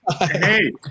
Hey